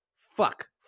fuck